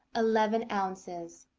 eleven ounces,